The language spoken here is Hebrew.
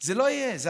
זה לא יהיה 100 ימים.